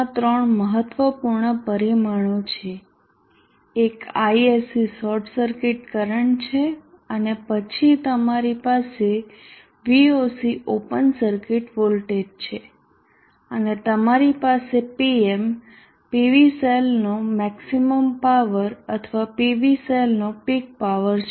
ત્યાં 3 મહત્વપૂર્ણ પરિમાણો છે એક ISC શોર્ટ સર્કિટ કરંટ છે અને પછી તમારી પાસે Voc ઓપન સર્કિટ વોલ્ટેજ છે અને તમારી પાસે Pm PV સેલનો મેક્ષીમમ પાવર અથવા PV સેલનો પીક પાવર છે